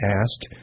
asked